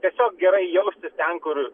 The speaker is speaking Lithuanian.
tiesiog gerai jaustis ten kur